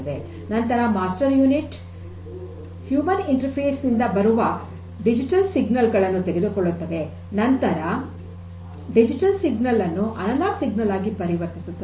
ನಂತರ master unit ಇದು human machine interface ನಿಂದ ಬರುವ ಡಿಜಿಟಲ್ ಸಿಗ್ನಲ್ ಗಳನ್ನು ತೆಗೆದುಕೊಳುತ್ತದೆ ನಂತರ ಡಿಜಿಟಲ್ ಸಿಗ್ನಲ್ ಅನ್ನು ಅನಲಾಗ್ ಸಿಗ್ನಲ್ ಆಗಿ ಪರಿವರ್ತಿಸುತ್ತದೆ